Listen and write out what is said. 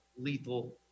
lethal